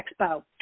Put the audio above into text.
Expo